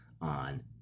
on